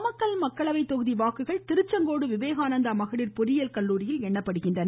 நாமக்கல் மக்களவை தொகுதி வாக்குகள் திருச்செங்கோடு விவேகானந்தா மகளிர் பொறியியல் கல்லூரியில் எண்ணப்படுகின்றன